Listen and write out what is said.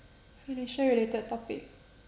financial related topic